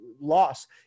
loss